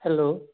hello